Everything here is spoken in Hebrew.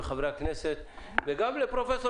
וחברי הכנסת וגם לפרופ'